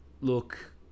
Look